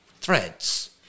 Threads